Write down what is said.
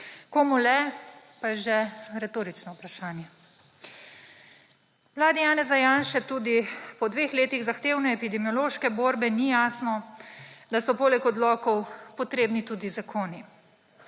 Komu le, pa je že retorično vprašanje. Vladi Janeza Janše tudi po dveh letih zahtevne epidemiološke borbe ni jasno, da so poleg odlokov potrebni tudi zakoni.